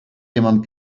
jemand